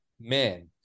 men